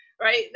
right